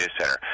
center